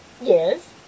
Yes